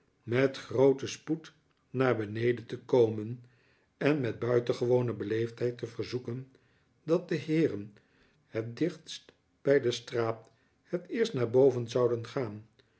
met grooten spoed naar beneden te komen en met buitengewone beleefdheid te verzoeken dat de heeren het dichtst bij de straat het eerst naar boven zouden gaan